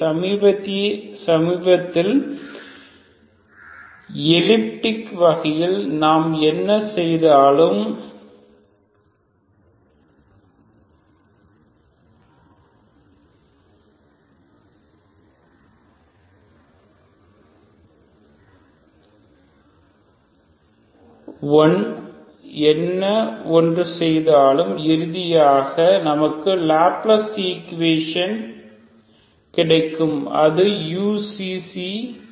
சமீபத்திய எழுப்பிக் வகையில் நாம் என்ன l செய்தாலும் இறுதியாக நமக்கு லப்லஸ் ஈக்குவேஷன் மட்டுமே கிடைக்கும் அது uξξuηη0